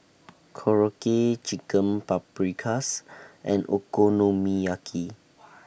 Korokke Chicken Paprikas and Okonomiyaki